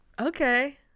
okay